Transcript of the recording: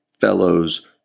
fellows